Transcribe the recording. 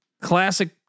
classic